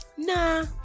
nah